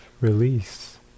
release